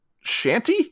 shanty